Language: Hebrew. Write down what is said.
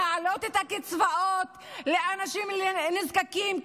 להעלות את הקצבאות לאנשים נזקקים,